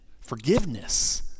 forgiveness